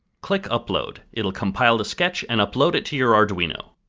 click upload, it will compile the sketch and upload it to your arduino.